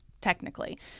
technically